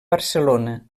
barcelona